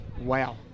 Wow